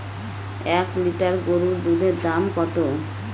এক লিটার গরুর দুধের দাম কত?